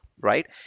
right